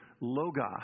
Logos